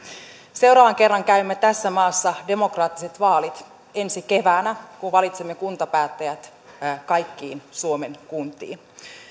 seuraavan kerran käymme tässä maassa demokraattiset vaalit ensi keväänä kun valitsemme kuntapäättäjät kaikkiin suomen kuntiin